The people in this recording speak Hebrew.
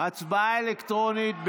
הצבעה אלקטרונית.